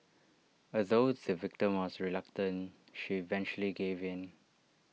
although the victim was reluctant she eventually gave in